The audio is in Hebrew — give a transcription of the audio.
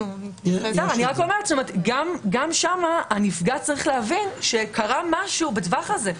גם שם הנפגע צריך להבין שקרה משהו בטווח הזה.